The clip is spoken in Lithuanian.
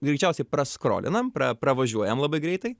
greičiausiai praskrolinam pra pravažiuojam labai greitai